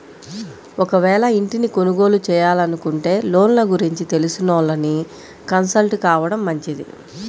ఒకవేళ ఇంటిని కొనుగోలు చేయాలనుకుంటే లోన్ల గురించి తెలిసినోళ్ళని కన్సల్ట్ కావడం మంచిది